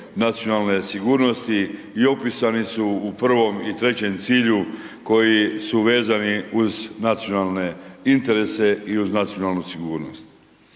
nacionalne sigurnosti i opisani su u prvom i trećem cilju koji su vezani uz nacionalne interese i uz nacionalnu sigurnost.